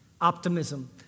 Optimism